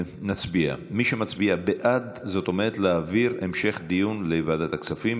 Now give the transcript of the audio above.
נצביע: מי שמצביע בעד זאת אומרת להעביר להמשך דיון בוועדת הכספים,